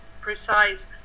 precise